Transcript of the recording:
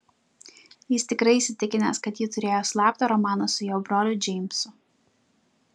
jis tikrai įsitikinęs kad ji turėjo slaptą romaną su jo broliu džeimsu